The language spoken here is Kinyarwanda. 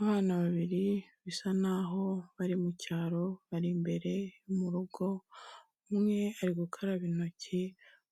Abana babiri bisa naho bari mu cyaro, bari imbere yo mu rugo, umwe ari gukaraba intoki